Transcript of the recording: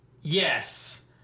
yes